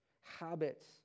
habits